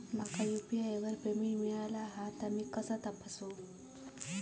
माका यू.पी.आय वर पेमेंट मिळाला हा ता मी कसा तपासू?